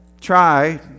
try